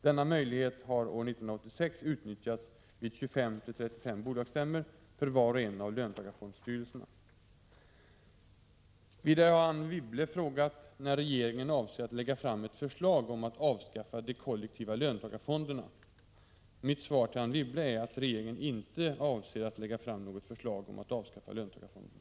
Denna möjlighet har år 1986 utnyttjats vid 25-35 bolagsstämmor för var och en av löntagarfondsstyrelserna. Vidare har Anne Wibble frågat när regeringen avser att lägga fram ett förslag om att avskaffa de kollektiva löntagarfonderna. Mitt svar till Anne Wibble är att regeringen inte avser att lägga fram något förslag om att avskaffa löntagarfonderna.